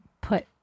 put